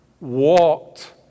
walked